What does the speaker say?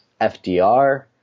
FDR